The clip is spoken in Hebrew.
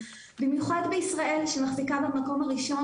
במיוחד בישראל שמחזיקה במקום הראשון